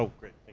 so great,